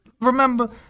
remember